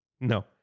No